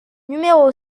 numéro